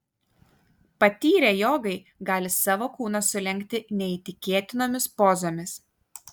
patyrę jogai gali savo kūną sulenkti neįtikėtinomis pozomis